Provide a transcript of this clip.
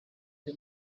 the